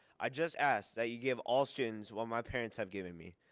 i just ask that you give all students what my parents have given me.